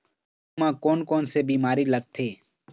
मूंग म कोन कोन से बीमारी लगथे?